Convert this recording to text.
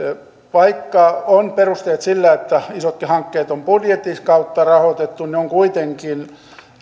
vaikka on perusteet sille että isotkin hankkeet on budjetin kautta rahoitettu niin on kuitenkin